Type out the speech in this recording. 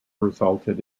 resulted